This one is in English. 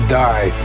die